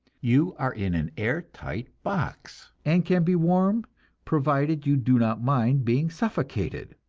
you are in an air-tight box, and can be warm provided you do not mind being suffocated.